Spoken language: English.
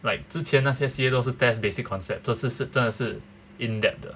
like 之前那些 C_A 都是 test basic concept 这次是真的是 in depth